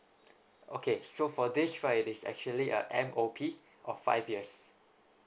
okay so for this right it is actually a m o p of five years